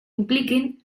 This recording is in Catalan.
impliquin